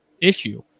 issue